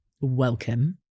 welcome